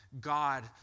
God